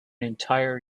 entire